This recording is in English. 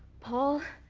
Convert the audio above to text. paul?